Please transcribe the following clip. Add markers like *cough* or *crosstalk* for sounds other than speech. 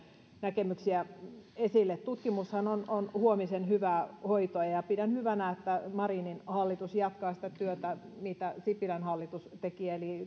näkemyksiä esille tutkimushan on on huomisen hyvää hoitoa ja pidän hyvänä että marinin hallitus jatkaa sitä työtä mitä sipilän hallitus teki eli *unintelligible*